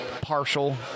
Partial